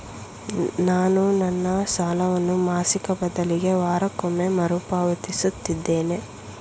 ನಾನು ನನ್ನ ಸಾಲವನ್ನು ಮಾಸಿಕ ಬದಲಿಗೆ ವಾರಕ್ಕೊಮ್ಮೆ ಮರುಪಾವತಿಸುತ್ತಿದ್ದೇನೆ